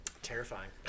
Terrifying